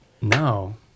No